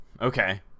okay